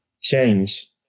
change